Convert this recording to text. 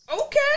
Okay